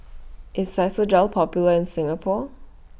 IS Physiogel Popular in Singapore